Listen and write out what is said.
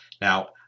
Now